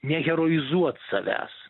neheroizuot savęs